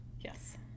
Yes